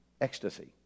ecstasy